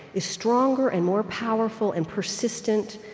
is stronger and more powerful and persistent,